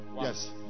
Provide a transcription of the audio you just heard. Yes